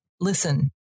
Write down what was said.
listen